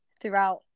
throughout